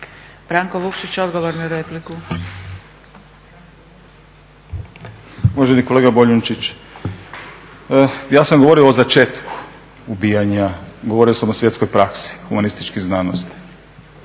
Branko (Nezavisni)** Uvaženi kolega Boljunčić, ja sam govorio o začetku ubijanja, govorio sam o svjetskoj praksi humanističkih znanosti,